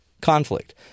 conflict